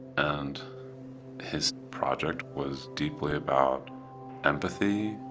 and his project was deeply about empathy.